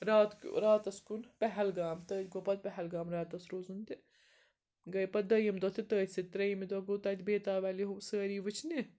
رات راتَس کُن پہلگام تٔتھۍ گوٚو پَتہٕ پہلگام راتَس روزُن تہِ گٔے پَتہٕ دٔیِم دۄہ تہِ تٔتھۍ سۭتۍ ترٛیٚیِمہِ دۄہ گوٚو تَتہِ بیتاب ویلی ہُہ سٲری وٕچھنہِ